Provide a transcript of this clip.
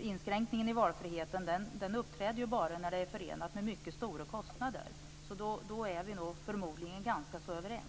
Inskränkningen i valfriheten uppträder ju bara när det är förenat med mycket stora kostnader. Förmodligen är vi alltså ganska överens.